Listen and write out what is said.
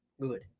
Good